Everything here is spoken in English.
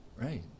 Right